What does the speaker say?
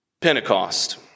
Pentecost